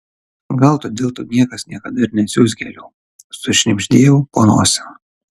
gal todėl tau niekas niekada ir neatsiųs gėlių sušnibždėjau po nosim